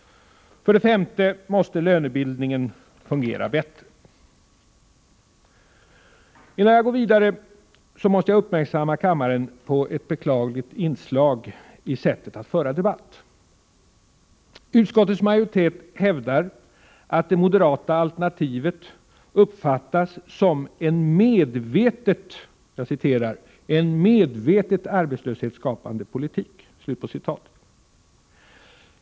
För det femte måste lönebildningen fungera bättre. Innan jag går vidare måste jag uppmärksamma kammaren på ett beklagligt inslag i sättet att föra debatt. Utskottsmajoriteten hävdar att det moderata alternativet uppfattas som en ”medvetet arbetslöshetsskapande politik”.